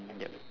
yup